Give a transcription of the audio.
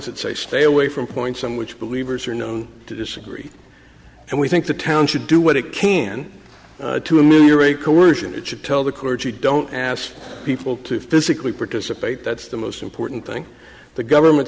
say stay away from point some which but weavers are known to disagree and we think the town should do what it can to ameliorate coersion it should tell the clergy don't ask people to physically participate that's the most important thing the government